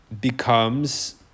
becomes